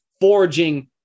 forging